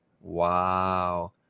Wow